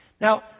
Now